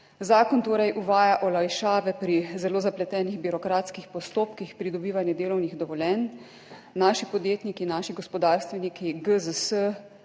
Zakon torej uvaja olajšave pri zelo zapletenih birokratskih postopkih pridobivanja delovnih dovoljenj. Naši podjetniki, naši gospodarstveniki, GZS